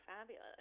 fabulous